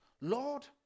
Lord